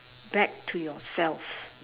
back to yourself